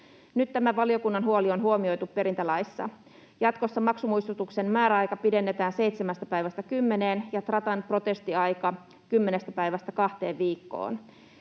tämä valiokunnan huoli on huomioitu perintälaissa. Jatkossa maksumuistutuksen määräaika pidennetään seitsemästä päivästä